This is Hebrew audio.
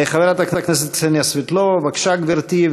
חברת הכנסת קסניה סבטלובה, בבקשה, גברתי.